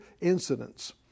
incidents